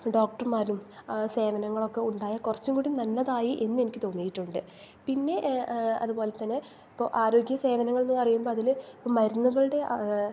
ഡോക്ടർമാരും സേവനങ്ങളൊക്കെ ഉണ്ടായാൽ കുറച്ചുകൂടി നല്ലതായി എന്നെനിക്ക് തോന്നിയിട്ടുണ്ട് പിന്നെ അതുപോലെ തന്നെ ഇപ്പോൾ ആരോഗ്യ സേവനങ്ങളെന്ന് പറയുമ്പോൾ അതിൽ മരുന്നുകളുടെ